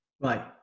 right